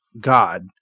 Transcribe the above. God